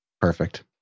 perfect